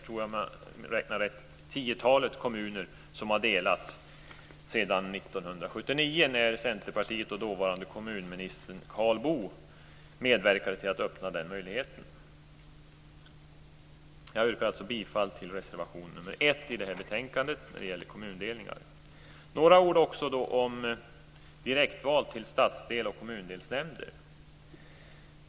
Det är ett tiotal kommuner som har delats sedan 1979 när Centerpartiet och dåvarande kommunministern Karl Boo medverkade till att man öppnade den möjligheten. Jag yrkar alltså bifall till reservation nr 1 i betänkandet, när det gäller kommundelningar. Så några ord om direktval till stadsdels och kommundelsnämnder.